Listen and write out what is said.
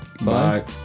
Bye